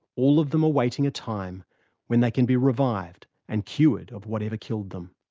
all of them awaiting a time when they can be revived and cured of whatever killed them.